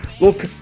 look